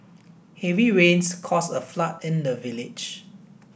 heavy rains caused a flood in the village